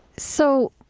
so,